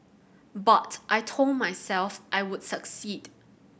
but I told myself I would succeed